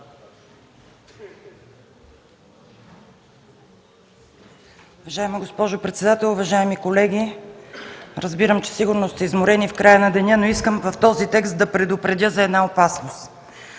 Уважаема госпожо председател, уважаеми колеги! Разбирам, че сигурно сте изморени в края на деня, но искам в този текст да предупредя за една опасност.